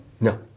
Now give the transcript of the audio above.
No